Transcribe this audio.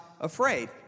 afraid